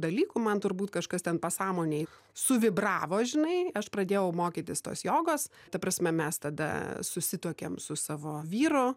dalykų man turbūt kažkas ten pasąmonėj suvibravo žinai aš pradėjau mokytis tos jogos ta prasme mes tada susituokėm su savo vyru